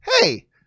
hey